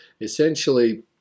essentially